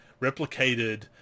replicated